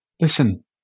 Listen